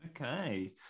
Okay